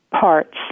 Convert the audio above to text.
parts